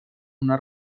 una